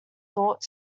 thought